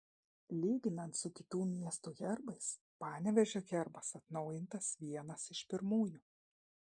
lyginant su kitų miestų herbais panevėžio herbas atnaujintas vienas iš pirmųjų